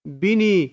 bini